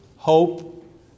hope